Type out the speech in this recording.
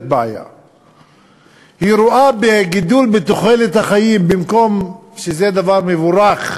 היא רואה בגידול בתוחלת החיים, במקום דבר מבורך,